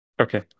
Okay